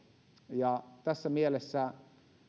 ja tässä mielessä